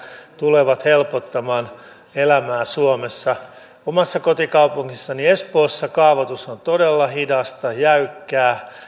tulevat helpottamaan elämään suomessa omassa kotikaupungissani espoossa kaavoitus on todella hidasta jäykkää